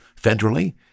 federally